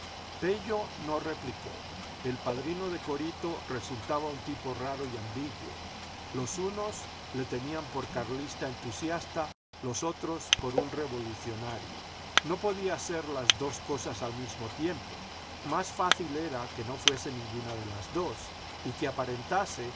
pello no replicó el padrino de corito resultaba un tipo raro y ambiguo los unos le tenían por carlista entusiasta los otros por un revolucionario no podía ser las dos cosas al mismo tiempo más fácil era que no fuese ninguna de las dos y que aparentase